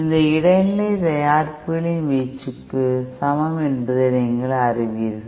இது இடைநிலை தயாரிப்புகளின் வீச்சுக்கு சமம் என்பதை நீங்கள் அறிவீர்கள்